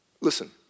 listen